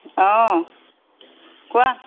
অঁ কোৱা